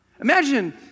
Imagine